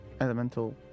elemental